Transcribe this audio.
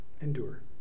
Endure